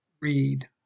read